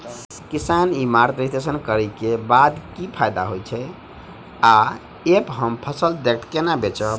किसान e mart registration करै केँ बाद की फायदा होइ छै आ ऐप हम फसल डायरेक्ट केना बेचब?